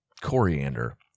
Coriander